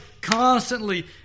constantly